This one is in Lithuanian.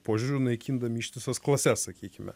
požiūriu naikindami ištisas klases sakykime